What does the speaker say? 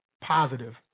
positive